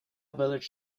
village